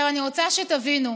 אני רוצה שתבינו: